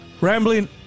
rambling